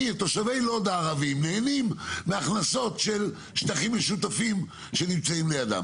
תושבי לוד הערבים נהנים מהכנסות של שטחים משותפים שנמצאים לידם.